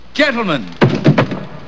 Gentlemen